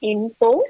Info